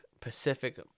Pacific